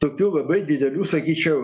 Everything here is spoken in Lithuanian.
tokių labai didelių sakyčiau